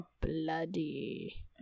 Bloody